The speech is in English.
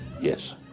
Yes